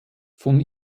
von